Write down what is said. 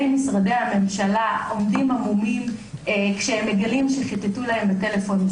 משרדי הממשלה עומדים המומים כשהם מגלים שחיטטו להם בטלפון.